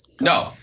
No